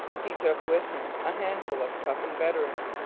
he took with him a handful of toughened veterans,